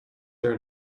their